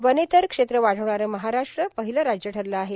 वनेतर क्षेत्र वाढविणारे महाराष्ट्र पहिल राज्य ठरल आहे